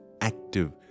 active